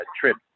trip